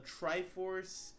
Triforce